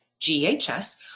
GHS